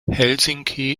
helsinki